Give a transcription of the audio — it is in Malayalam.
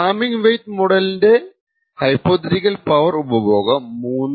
ഹാമ്മിങ് വെയിറ്റ് മോഡലിന്റെ ഹൈപോതെറ്റിക്കൽ പവർ ഉപഭോഗം 3213